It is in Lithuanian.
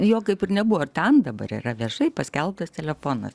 jo kaip ir nebuvo ten dabar yra viešai paskelbtas telefonas